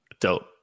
dope